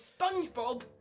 SpongeBob